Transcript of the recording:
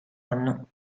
anno